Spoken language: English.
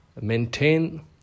maintain